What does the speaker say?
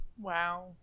Wow